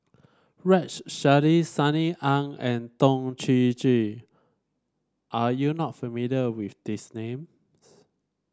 Rex Shelley Sunny Ang and Toh Chin Chye are you not familiar with these names